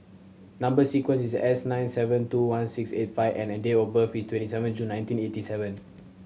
number sequence is S nine seven two one six eight five N and date of birth is twenty seven June nineteen eighty seven